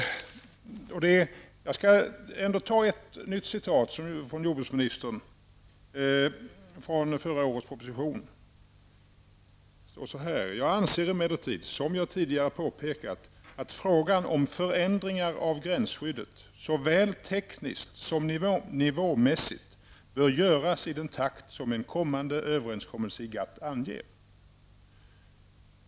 Jag skall ta ett nytt citat från jordbruksministern från förra årets proposition: ''Jag anser emellertid, som jag tidigare påpekat, att frågan om förändringar av gränsskyddet, såväl tekniskt som nivåmässigt, bör göras i den takt som en kommande överenskommelse i GATT anger.''